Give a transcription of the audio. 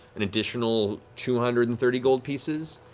an additional two hundred and thirty gold pieces.